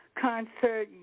concert